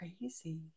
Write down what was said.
crazy